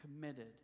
committed